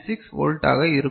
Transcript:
96 வோல்ட்டாக இருக்கும்